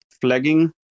flagging